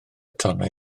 tonnau